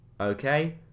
Okay